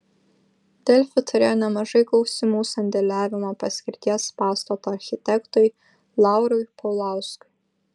delfi turėjo nemažai klausimų sandėliavimo paskirties pastato architektui laurui paulauskui